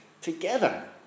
together